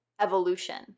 evolution